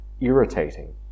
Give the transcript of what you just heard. irritating